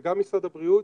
גם משרד הבריאות,